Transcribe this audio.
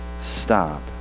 stop